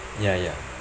ya ya